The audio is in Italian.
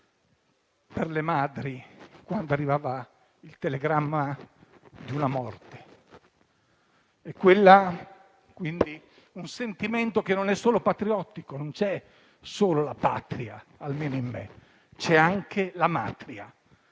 per le madri, quando arrivava il telegramma che annunciava una morte. Quindi, un sentimento che non è solo patriottico. Non c'è solo la Patria, ma, almeno in me, c'è anche la "matria".